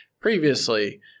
previously